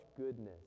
goodness